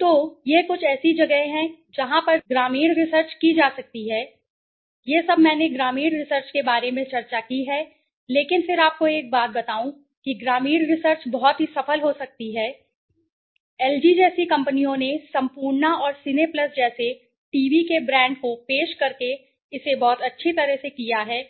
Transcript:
तो ये कुछ ऐसी जगहें हैं जहाँ पर रिसर्च की जा सकती है ग्रामीण रिसर्च की जा सकती है यह सब मैंने ग्रामीण रिसर्च के बारे में चर्चा की है लेकिन फिर आपको एक बात बताऊँ कि ग्रामीण रिसर्च बहुत ही सफल हो सकती है कंपनियों एलजी जैसी कंपनियों ने संपूर्णा और सिनेप्लस जैसे टीवी के ब्रांड को पेश करके इसे बहुत अच्छी तरह से किया है